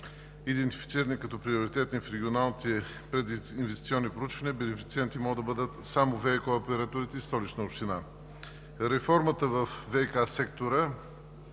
идентифицирани като приоритетни в регионалните прединвестиционни проучвания, бенефициенти могат да бъдат само ВиК операторите и Столична община. Реформата във ВиК сектора